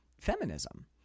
feminism